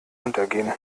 untergehen